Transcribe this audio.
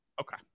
Okay